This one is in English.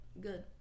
good